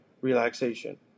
relaxation